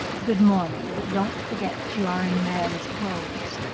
good morning don't forget you are in man's clothes